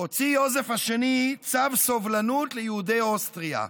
הוציא יוזף השני צו סובלנות ליהודי אוסטריה,